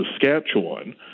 Saskatchewan